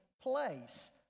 place